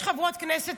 של חברת הכנסת